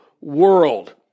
world